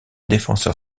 défenseur